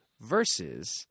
versus